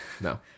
no